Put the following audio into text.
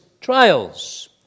trials